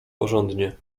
porządnie